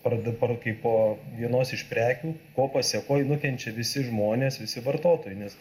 ar dabar kaip vienos iš prekių ko pasėkoj nukenčia visi žmonės visi vartotojai nes